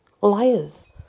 liars